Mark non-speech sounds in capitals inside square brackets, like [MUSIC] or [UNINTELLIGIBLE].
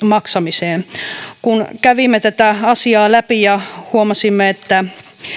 [UNINTELLIGIBLE] maksamiseen kun kävimme tätä asiaa läpi ja huomasimme että